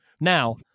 Now